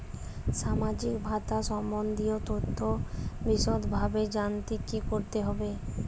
সামাজিক ভাতা সম্বন্ধীয় তথ্য বিষদভাবে জানতে কী করতে হবে?